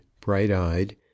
bright-eyed